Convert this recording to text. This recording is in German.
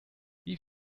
wie